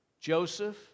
Joseph